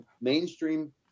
mainstream